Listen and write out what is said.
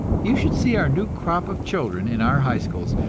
you should see our new crop of children in our high schools!